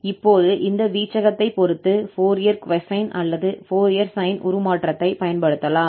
இப்போது இந்த வீச்சகத்தைப் பொறுத்து ஃபோரியர் கொசைன் அல்லது ஃபோரியர் சைன் உருமாற்றத்தைப் பயன்படுத்தலாம்